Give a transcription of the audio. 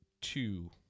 two